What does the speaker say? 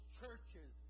churches